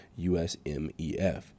USMEF